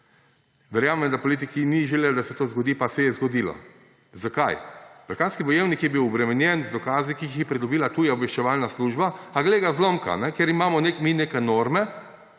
Verjamem, da politiki niso želeli, da se to zgodi, pa se je zgodilo. Zakaj? Balkanski bojevnik je bil obremenjen z dokazi, ki jih je pridobila tuja obveščevalna služba, a, glej ga zlomka, ker imamo mi neke norme,